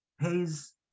pays